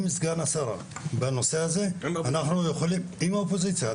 עם סגן השרה בנושא הזה --- עם האופוזיציה.